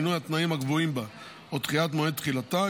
שינוי התנאים הקבועים בה או דחיית מועד תחילתה,